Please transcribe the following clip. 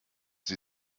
sie